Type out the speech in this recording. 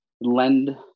lend